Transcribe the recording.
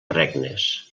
regnes